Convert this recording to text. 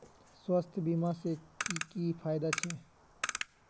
स्वास्थ्य बीमा से की की फायदा छे?